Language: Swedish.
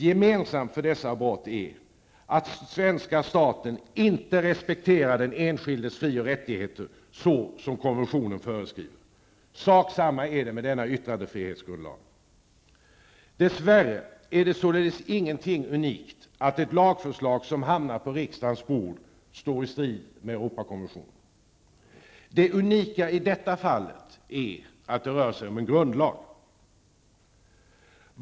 Gemensamt för dessa brott är att svenska staten inte respekterar den enskildes fri och rättigheter så som konventionen föreskriver. Sak samma med yttrandefrihetsgrundlagen. Dess värre är det således ingenting unikt att ett lagförslag som hamnar på riksdagens bord står i strid med Europakonventionen. Det unika i detta fall är att det rör sig om en grundlag.